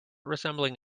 resembling